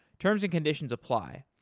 terms and conditions apply.